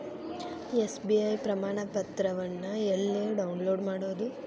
SBI ಪ್ರಮಾಣಪತ್ರವನ್ನ ಎಲ್ಲೆ download ಮಾಡೊದು?